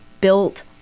built